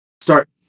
start